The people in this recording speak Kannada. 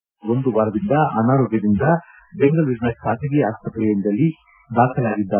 ಕಳೆದ ಒಂದು ವಾರದಿಂದ ಅನಾರೋಗ್ತದಿಂದ ಬೆಂಗಳೂರಿನ ಖಾಸಗಿ ಆಸ್ತ್ರೆಯೊಂದರಲ್ಲಿ ದಾಖಲಾಗಿದ್ದು